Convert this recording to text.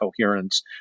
coherence